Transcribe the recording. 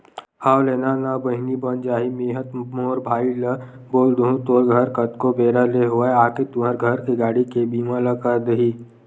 हव लेना ना बहिनी बन जाही मेंहा मोर भाई ल बोल दुहूँ तोर घर कतको बेरा ले होवय आके तुंहर घर के गाड़ी के बीमा ल कर दिही